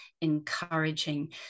encouraging